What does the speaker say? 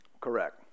Correct